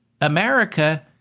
America